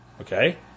Okay